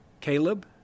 Caleb